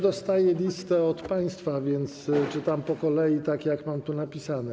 Dostaję listę od państwa, a więc czytam po kolei, tak jak mam tu napisane.